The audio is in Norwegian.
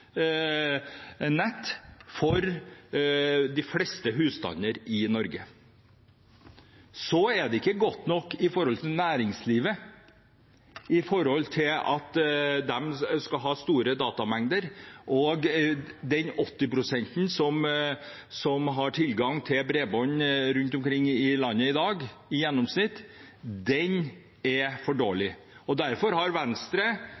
nett for de fleste husstander i Norge. Det er ikke godt nok for næringslivet med tanke på at de har store datamengder, og at det er 80 pst. landareal som har tilgang til mobilt bredbånd rundt omkring i landet i dag – i gjennomsnitt. Det er for dårlig. Derfor har Venstre